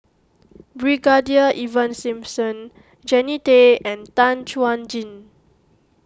Brigadier Ivan Simson Jannie Tay and Tan Chuan Jin